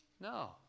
No